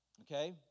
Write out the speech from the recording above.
Okay